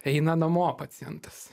eina namo pacientas